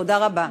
תודה רבה.